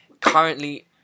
currently